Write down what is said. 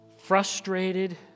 frustrated